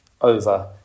over